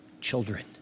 Children